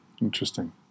Interesting